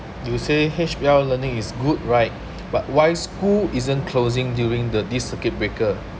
you say H_B_L learning is good right but why school isn't closing during the this circuit breaker